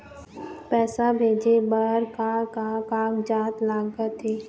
पैसा भेजे बार का का कागजात लगथे?